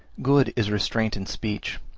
good is restraint in speech,